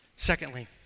Secondly